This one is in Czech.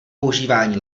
používání